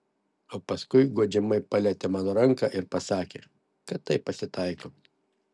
o paskui guodžiamai palietė man ranką ir pasakė kad taip pasitaiko